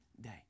day